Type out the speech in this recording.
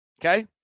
Okay